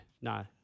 No